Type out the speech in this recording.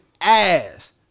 ass